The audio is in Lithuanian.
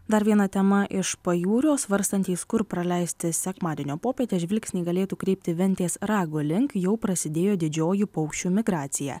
dar viena tema iš pajūrio svarstantys kur praleisti sekmadienio popietę žvilgsnį galėtų kreipti ventės rago link jau prasidėjo didžioji paukščių migracija